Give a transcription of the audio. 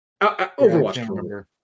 Overwatch